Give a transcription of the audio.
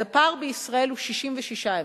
אז הפער בישראל הוא 66 ימים,